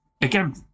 again